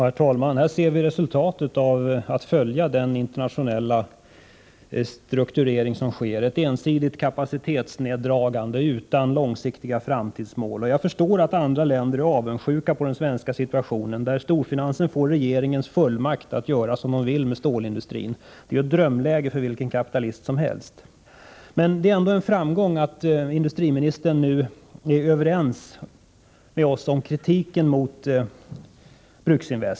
Herr talman! Här ser vi vad resultatet blir om man följer den internationella strukturering som innebär ett ensidigt kapacitetsneddragande utan långsiktiga framtidsmål. Jag förstår att andra länder är avundsjuka på den svenska situationen, där storfinansen får regeringens fullmakt att göra som den vill med stålindustrin. Det är ju ett drömläge för vilken kapitalist som helst. Det är ändå en framgång att industriministern nu är överens med oss om kritiken mot Bruksinvest.